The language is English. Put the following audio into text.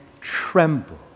tremble